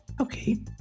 Okay